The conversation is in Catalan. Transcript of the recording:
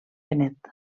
benet